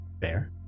fair